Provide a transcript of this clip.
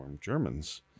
germans